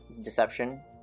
Deception